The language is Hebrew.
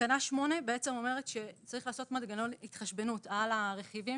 תקנה 8 אומרת שצריך לעשות מנגנון התחשבנות על הרכיבים